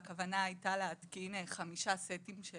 והכוונה הייתה להתקין חמישה סטים של